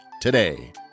today